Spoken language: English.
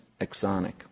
exonic